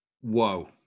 Whoa